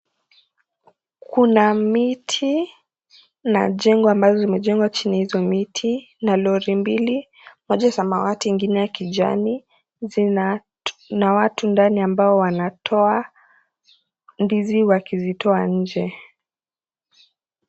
Kuna Miti, na jengo ambalo limejengea chini ya hizo miti na lory mbili moja samawati ngine ya kijani na watu ndani ambao wanatoa ndizi, wakizotoa nje.